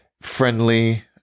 friendly